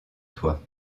toi